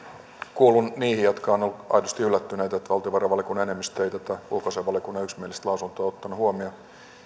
kuulun niihin jotka ovat olleet aidosti yllättyneitä että valtiovarainvaliokunnan enemmistö ei tätä ulkoasiainvaliokunnan yksimielistä lausuntoa ottanut huomioon